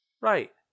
right